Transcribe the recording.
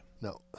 No